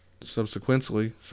Subsequently